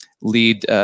lead